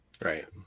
Right